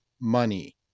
money